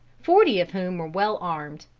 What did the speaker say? forty of whom were well armed.